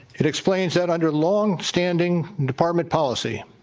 it explains that under long-standing department policy,